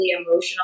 emotionally